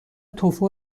توفو